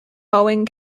mowing